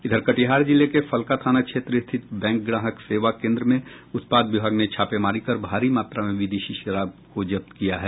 इधर कटिहार जिले के फलका थाना क्षेत्र स्थित बैंक ग्राहक सेवा कोन्द्र में उत्पाद विभाग ने छापेमारी कर भारी मात्रा में विदेशी शराब को जब्त किया है